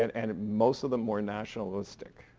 and and most of them more nationalistic,